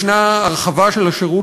יש הרחבה של השירות,